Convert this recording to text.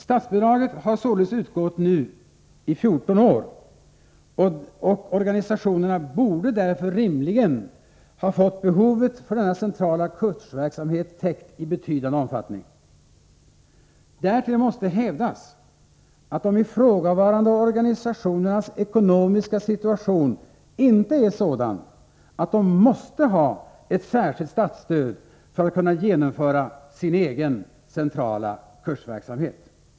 Statsbidraget har således nu utgått i 14 år, och organisationerna borde därför rimligen ha fått behovet av denna centrala kursverksamhet täckt i betydande omfattning. Därtill måste hävdas att de ifrågavarande organisationernas ekonomiska situation inte är sådan, att de måste ha ett särskilt statsstöd för att kunna genomföra sin egen centrala kursverksamhet.